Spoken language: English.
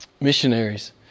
missionaries